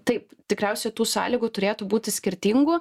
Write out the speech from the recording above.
taip tikriausiai tų sąlygų turėtų būti skirtingų